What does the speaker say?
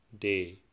day